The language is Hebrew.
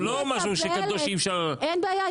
אין בעיה,